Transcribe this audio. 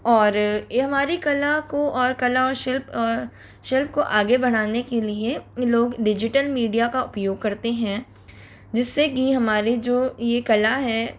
और ये हमारी कला को और कला और शिल्प शिल्प को आगे बढ़ाने के लिए लोग डिजिटल मीडिया का उपयोग करते हैं जिससे कि हमारी जो ये कला है